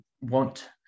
want